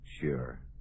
Sure